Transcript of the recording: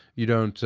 you don't,